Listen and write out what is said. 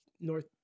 North